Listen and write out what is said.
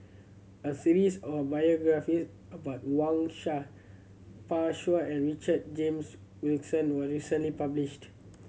a series of biography about Wang Sha Pan Shou and Richard James Wilkinson was recently published